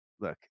look